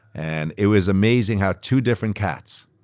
and it was amazing how two different cats,